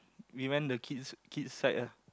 we went the kids kids side lah